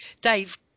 Dave